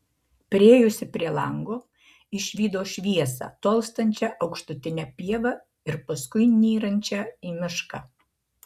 priėjusi prie lango išvydo šviesą tolstančią aukštutine pieva ir paskui nyrančią į mišką